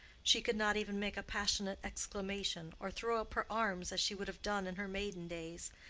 she could not even make a passionate exclamation, or throw up her arms, as she would have done in her maiden days.